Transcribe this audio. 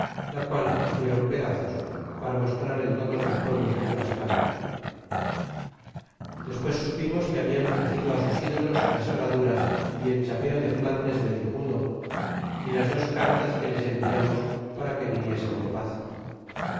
la qual hicieron pedazos para mostrar en todos los pueblos de tlascala y despues supimos que habian ofrecido á sus ídolos las herraduras y el chapeo de flandes vedijudo y las dos cartas que les enviamos para que viniesen de paz